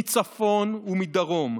מצפון ומדרום,